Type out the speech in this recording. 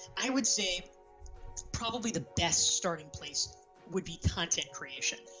i would say probably the best starting place would be content creation,